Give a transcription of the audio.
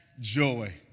joy